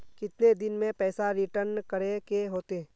कितने दिन में पैसा रिटर्न करे के होते?